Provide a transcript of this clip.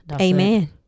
Amen